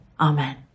Amen